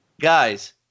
guys